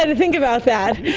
and think about that!